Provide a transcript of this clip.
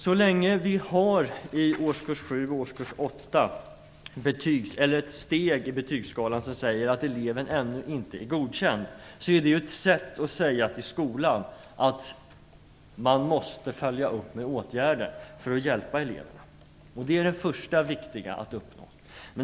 Så länge vi i årskurs 7 och 8 har ett steg i betygsskalan som säger att eleven ännu inte är godkänd, är det ett sätt att säga till skolan att man måste fylla upp med åtgärder för att hjälpa eleverna. Det är det första viktiga att uppnå.